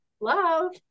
Love